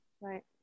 right